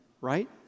right